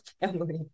family